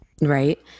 Right